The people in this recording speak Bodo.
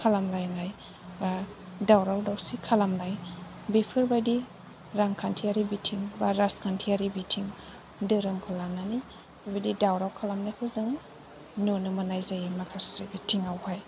खालामलायनाय बा दावराव दावसि खालामनाय बेफोर बायदि रांखान्थियारि बिथिं बा राजखान्थियारि बिथिं धोरोमखौ लानानै बिदि दावराव खालामनायखौ जों नुनो मोननाय जायो माखासे बिथिङावहाय